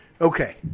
okay